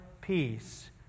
peace